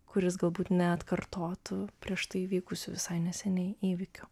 kuris galbūt neatkartotų prieš tai vykusių visai neseniai įvykių